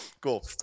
Cool